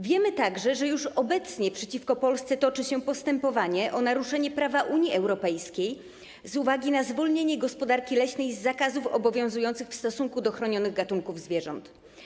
Wiemy także, że już obecnie przeciwko Polsce toczy się postępowanie o naruszenie prawa Unii Europejskiej z uwagi na zwolnienie gospodarki leśnej z zakazów obowiązujących w stosunku do chronionych gatunków zwierząt.